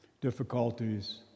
difficulties